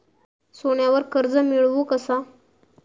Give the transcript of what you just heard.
सोन्यावर कर्ज मिळवू कसा?